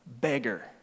beggar